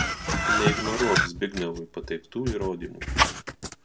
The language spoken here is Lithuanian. neignoruok zbignevui pateiktų įrodymų